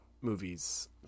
movies